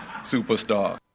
Superstar